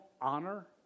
honor